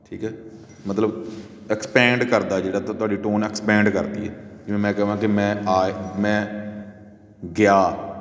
ਠੀਕ ਹੈ ਮਤਲਬ ਐਕਸਪੈਂਡ ਕਰਦਾ ਜਿਹੜਾ ਤ ਤੁਹਾਡੀ ਟੋਨ ਐਕਸਪੈਂਡ ਕਰਦੀ ਹੈ ਜਿਵੇਂ ਮੈਂ ਕਹਾਂ ਕਿ ਮੈਂ ਆ ਮੈਂ ਗਿਆ